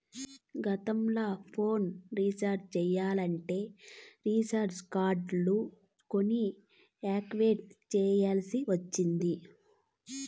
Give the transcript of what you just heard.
గతంల phone recharge చెయ్యాలంటే recharge కార్డులు కొని యాక్టివేట్ చెయ్యాల్ల్సి ఒచ్చేది